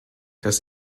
das